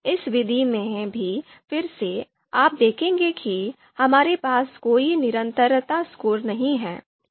इस विधि में भी फिर से आप देखेंगे कि हमारे पास कोई निरंतरता स्कोर नहीं है